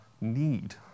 need